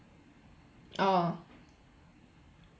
oh